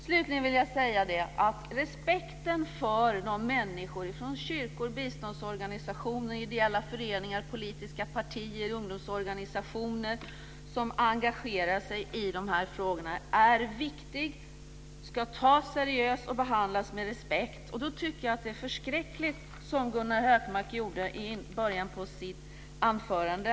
Slutligen vill jag säga att respekten för de människor i kyrkor, biståndsorganisationer, ideella föreningar, politiska partier och ungdomsorganisationer som engagerar sig i de här frågorna är viktig. De ska tas seriöst och behandlas med respekt. Då tycker jag att det är förskräckligt att göra som Gunnar Hökmark gjorde i början av sitt anförande.